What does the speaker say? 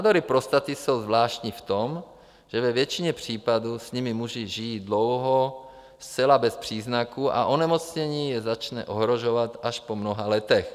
Nádory prostaty jsou zvláštní v tom, že ve většině případů s nimi muži žijí dlouho zcela bez příznaků a onemocnění je začne ohrožovat až po mnoha letech.